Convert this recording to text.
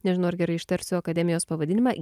nežinau ar gerai ištarsiu akademijos pavadinimą